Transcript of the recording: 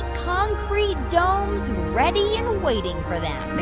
concrete domes ready and waiting for them